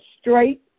straight